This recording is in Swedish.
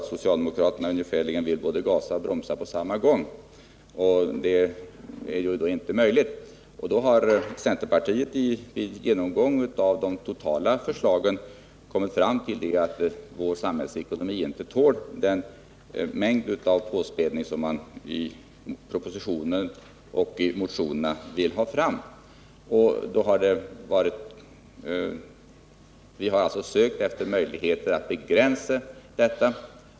Socialdemokraterna vill gasa och bromsa på samma gång, vilket inte är möjligt. Vid sin genomgång av de totala förslagen har centerpartiet kommit fram till att vår samhällsekonomi inte tål den mängd av påspädningar som man i propositionen och i motionerna vill ha. Vi har sökt efter möjlighet att begränsa dessa.